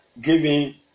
giving